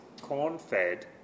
corn-fed